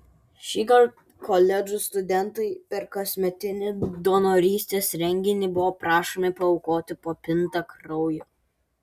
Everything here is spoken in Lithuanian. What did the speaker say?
šįkart koledžų studentai per kasmetinį donorystės renginį buvo prašomi paaukoti po pintą kraujo